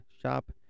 shop